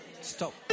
Stop